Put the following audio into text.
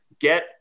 get